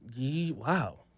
Wow